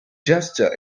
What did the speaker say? gesture